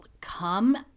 come